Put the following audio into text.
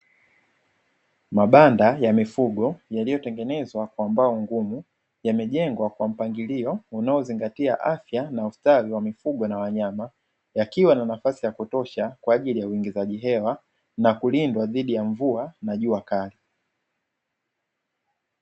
Mabanda ya mifugo yaliotengenezwa kwa mbao ngumu yamejengwa kwa mpangilio unaozingatia afya na ustawi wa mifugo na wanyama, yakiwa na nafasi ya kutosha kwa ajili ya uingizaji hewa na kulindwa dhidi ya mvua na jua kali.